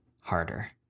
harder